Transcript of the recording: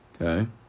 Okay